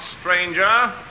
stranger